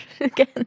again